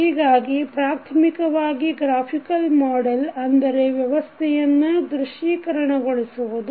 ಹೀಗಾಗಿ ಪ್ರಾಥಮಿಕವಾಗಿ graphical model ಅಂದರೆ ವ್ಯವಸ್ಥೆಯನ್ನು ದೃಶ್ಯೀಕರಣಗೊಳಿಸುವುದು